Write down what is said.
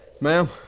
Ma'am